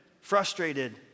frustrated